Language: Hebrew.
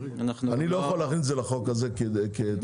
אני לא יכול להכניס את זה לחוק הזה כתיקון עקיף.